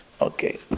Okay